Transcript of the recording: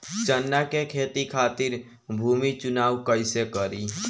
चना के खेती खातिर भूमी चुनाव कईसे करी?